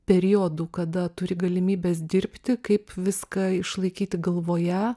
periodų kada turi galimybes dirbti kaip viską išlaikyti galvoje